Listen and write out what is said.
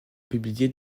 publié